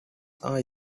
are